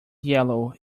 yellow